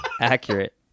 Accurate